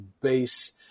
base